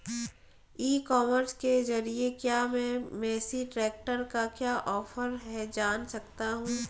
ई commerce के ज़रिए क्या मैं मेसी ट्रैक्टर का क्या ऑफर है जान सकता हूँ?